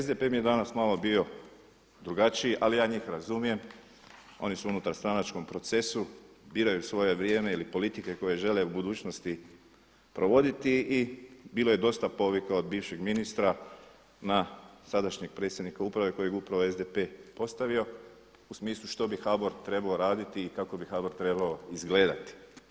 SDP mi je danas malo bio drugačiji, ali ja njih razumijem, oni su unutarstranačkom procesu, biraju svoje vrijeme ili politike koje žele u budućnosti provoditi i bilo je dosta povika od bivšeg ministra na sadašnjeg predsjednika uprave kojeg je upravo SDP postavio u smislu što bi HBOR trebao raditi i kako bi HBOR trebao izgledati.